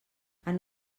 han